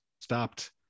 stopped